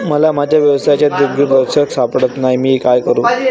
मला माझ्या व्यवसायासाठी दिग्दर्शक सापडत नाही मी काय करू?